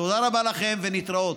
תודה רבה לכם ולהתראות.